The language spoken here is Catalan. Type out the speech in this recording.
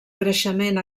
creixement